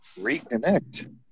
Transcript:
reconnect